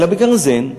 אלא בגרזן.